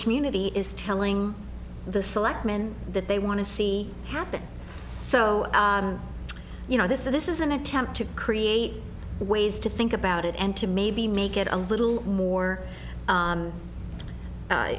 community is telling the selectmen that they want to see happen so you know this is this is an attempt to create ways to think about it and to maybe make it a little more